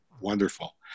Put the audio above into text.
wonderful